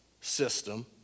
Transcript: system